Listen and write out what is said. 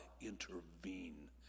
intervene